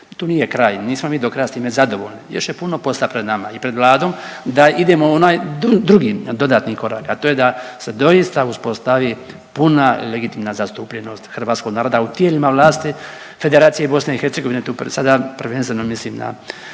Tu nije kraj, nismo mi do kraja s time zadovoljni još je puno posla pred nama i pred vladom da idemo onaj drugi dodatni korak, a to je da se doista uspostavi puna legitimna zastupljenost hrvatskog naroda u tijelima vlasti Federacije BiH. Tu sada prvenstveno mislim na